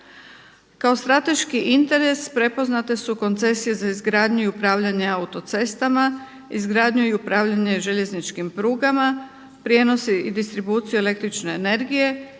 Kao strateški interes prepoznate su koncesije za izgradnju i upravljanje autocestama, izgradnju i upravljanje željezničkim prugama, prijenosi i distribuciju električne energije,